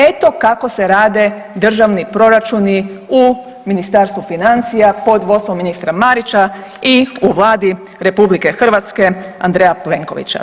Eto kako se rade državni proračuni u Ministarstvu financija pod vodstvom ministra Marića i u Vladi RH Andreja Plenkovića.